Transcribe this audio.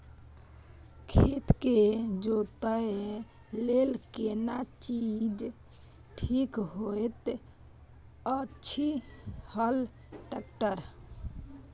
खेत के जोतय लेल केना चीज ठीक होयत अछि, हल, ट्रैक्टर?